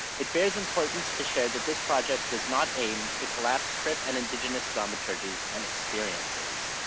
it bears importance to share that this project does not aim to collapse crip and indigenous dramaturgies and experiences.